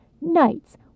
Nights